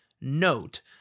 note